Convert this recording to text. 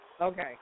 Okay